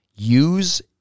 Use